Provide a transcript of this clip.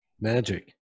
Magic